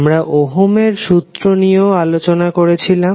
আমরা ওহমের সূত্র Ohm's Law নিয়েও আলোচনা করলাম